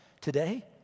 today